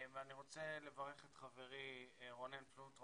אני רוצה לברך את חברי רונן פלוט,